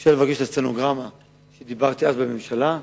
אפשר לבקש את הסטנוגרמה של דברי בממשלה אז.